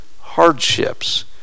hardships